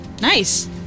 Nice